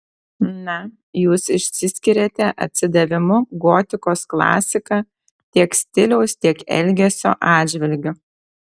na jūs išsiskiriate atsidavimu gotikos klasika tiek stiliaus tiek elgesio atžvilgiu